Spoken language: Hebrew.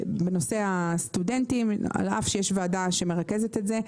בנושא הסטודנטים, על אף שיש ועדה שמרכזת את זה,